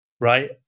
right